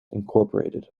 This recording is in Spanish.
inc